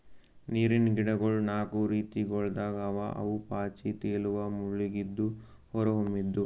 ನೀರಿನ್ ಗಿಡಗೊಳ್ ನಾಕು ರೀತಿಗೊಳ್ದಾಗ್ ಅವಾ ಅವು ಪಾಚಿ, ತೇಲುವ, ಮುಳುಗಿದ್ದು, ಹೊರಹೊಮ್ಮಿದ್